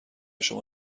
شما